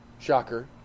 Shocker